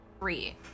Three